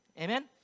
amen